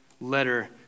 letter